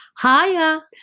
Hiya